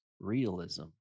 realism